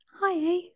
hi